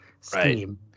scheme